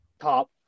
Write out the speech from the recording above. Top